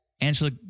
Angela